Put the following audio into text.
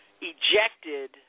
ejected